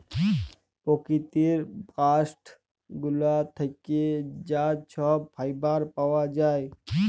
পকিতির বাস্ট গুলা থ্যাকে যা ছব ফাইবার পাউয়া যায়